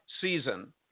season